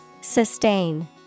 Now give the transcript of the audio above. Sustain